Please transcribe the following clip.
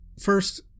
First